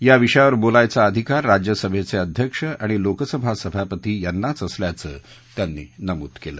या विषयावर बोलायचा अधिकार राज्यसभेचे अध्यक्ष आणि लोकसभा सभापती यांनाच असल्याचं त्यांनी नमूद केलं